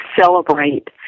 celebrate